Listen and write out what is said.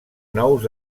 nous